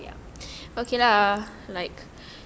so ya